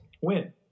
Win